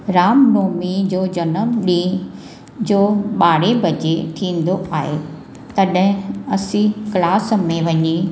रामभूमि जो जनम ॾींहं जो ॿारहें बजे थींदो आहे तॾहिं असां क्लास में वञी